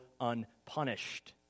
unpunished